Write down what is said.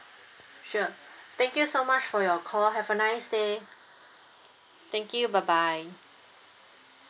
sure thank you so much for your call have a nice day thank you bye bye